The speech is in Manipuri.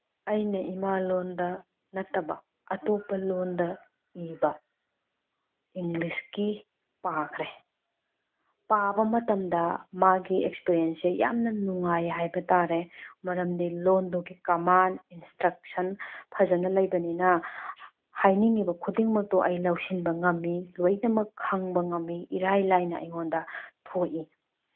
ꯑꯩꯅ ꯏꯃꯥꯂꯣꯟꯗ ꯅꯠꯇꯕ ꯑꯇꯣꯞꯄ ꯂꯣꯟꯗ ꯏꯕ ꯏꯪꯂꯤꯁꯀꯤ ꯄꯥꯈ꯭ꯔꯦ ꯄꯥꯕ ꯃꯇꯝꯗ ꯃꯥꯒꯤ ꯑꯦꯛꯁꯄꯔꯤꯌꯦꯟꯁꯁꯦ ꯌꯥꯝꯅ ꯅꯨꯡꯉꯥꯏ ꯍꯥꯏꯕ ꯇꯥꯔꯦ ꯃꯔꯝꯗꯤ ꯂꯣꯟꯗꯨꯒꯤ ꯀꯃꯥꯟ ꯏꯟꯁꯇ꯭ꯔꯛꯁꯟ ꯐꯖꯅ ꯂꯩꯕꯅꯤꯅ ꯍꯥꯏꯅꯤꯡꯉꯤꯕ ꯈꯨꯗꯤꯡꯃꯛꯇꯣ ꯑꯩ ꯂꯧꯁꯤꯟꯕ ꯉꯝꯃꯤ ꯂꯣꯏꯅꯃꯛ ꯈꯪꯕ ꯉꯝꯃꯤ ꯏꯔꯥꯏ ꯂꯥꯏꯅ ꯑꯩꯉꯣꯟꯗ ꯊꯣꯛꯏ